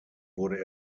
wurde